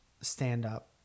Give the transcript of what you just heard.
stand-up